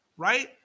Right